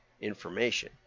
information